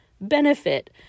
benefit